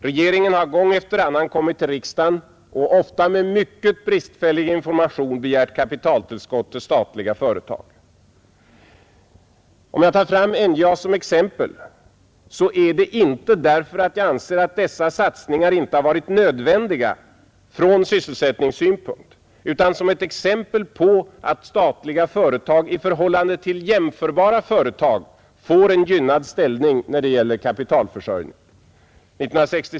Regeringen har gång efter annan kommit till riksdagen och ofta med mycket bristfällig information begärt kapitaltillskott till statliga företag. Om jag tar fram NJA som exempel så är det inte därför att jag anser att dessa satsningar inte har varit nödvändiga från sysselsättningssynpunkt utan som ett exempel på att statliga företag i förhållande till jämförbara företag får en gynnad ställning när det gäller kapitalförsörjningen.